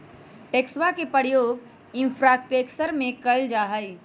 टैक्सवा के प्रयोग इंफ्रास्ट्रक्टर में कइल जाहई